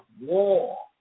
war